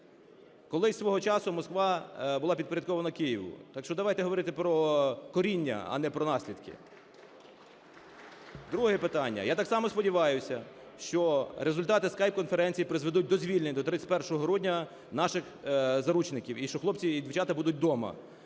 Колись свого часу Москва була підпорядкована Києву. Так що давайте говорити про коріння, а не про наслідки. Друге питання. Я так само сподіваюся, що результати скайп-конференції призведуть до звільнення до 31 грудня наших заручників і що хлопці і дівчата будуть дома.